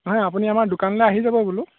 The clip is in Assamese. নহয় আপুনি আমাৰ দোকানলৈ আহি যাব বোলো